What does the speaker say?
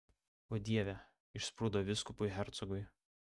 o dieve išsprūdo vyskupui hercogui